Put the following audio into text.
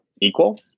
Equal